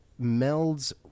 melds